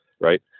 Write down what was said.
right